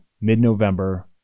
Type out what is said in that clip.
mid-November